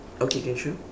okay can sure